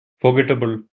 forgettable